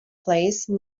place